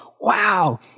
wow